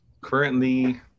Currently